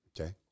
Okay